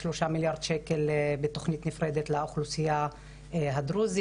שלושה מיליארד שקל בתוכנית נפרדת לאוכלוסיה הדרוזית,